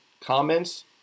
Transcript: comments